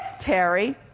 Terry